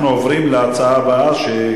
אנחנו עוברים להצעה הבאה לסדר-היום.